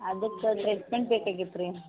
ಅದಕ್ಕೆ ಟ್ರೀಟ್ಮೆಂಟ್ ಬೇಕಾಗಿತ್ತ್ ರೀ